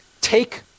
take